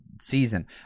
season